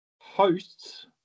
hosts